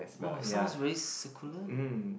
!wow! sounds very succulent